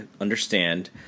understand